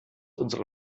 unsere